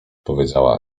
powiedziała